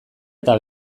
eta